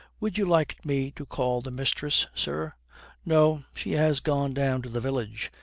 would you like me to call the mistress, sir no, she has gone down to the village.